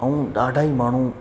ऐं ॾाढा ई माण्हू